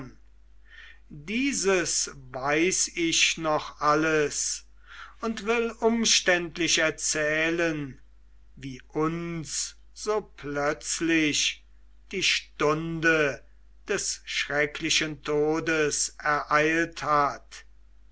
dieses weiß ich noch alles und will umständlich erzählen wie uns so plötzlich die stunde des schrecklichen todes ereilt hat